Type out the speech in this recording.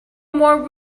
more